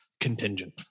contingent